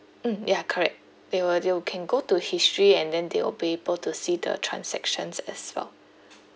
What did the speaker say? mm ya correct they will they will can go to history and then they will be able to see the transactions as well